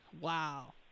Wow